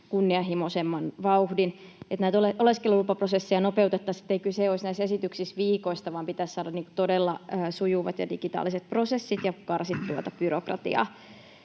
kunnianhimoisemman vauhdin, että näitä oleskelulupaprosesseja nopeutettaisiin, niin ettei kyse olisi näissä esityksissä viikoista, vaan pitäisi saada todella sujuvat ja digitaaliset prosessit ja karsittua tuota byrokratiaa.